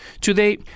Today